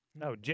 No